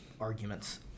arguments